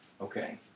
Okay